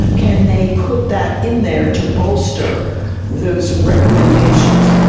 can they put that in there to bolster those recommendations?